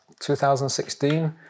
2016